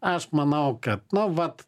aš manau kad nu vat